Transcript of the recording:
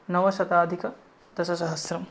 नवशताधिकदशसहस्रम्